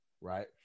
right